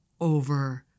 over